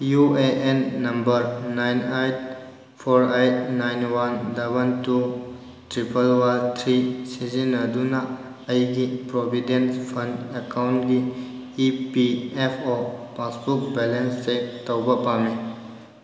U A N number nine eight four eight nine one double two triple one three ꯁꯤꯖꯤꯟꯅꯗꯨꯅ ꯑꯩꯒꯤ provident fund ꯑꯦꯀꯥꯎꯟꯒꯤ E P F O passbook balance check ꯇꯧꯕ ꯄꯥꯝꯃꯤ